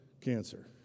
cancer